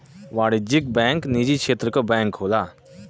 वाणिज्यिक बैंक निजी क्षेत्र क बैंक होला